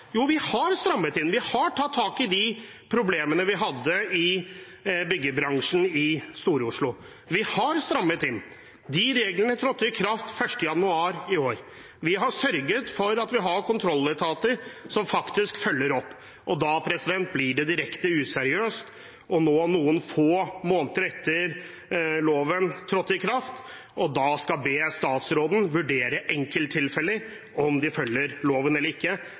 strammet inn, vi har tatt tak i problemene vi hadde i byggebransjen i Stor-Oslo. Vi har strammet inn, reglene trådte i kraft 1. januar i år. Vi har sørget for at vi har kontrolletater som følger opp. Da blir det direkte useriøst noen få måneder etter at loven trådte i kraft, å be statsråden om å vurdere enkelttilfeller, hvorvidt de følger loven eller ikke.